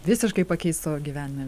visiškai pakeist savo gyvenime